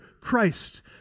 Christ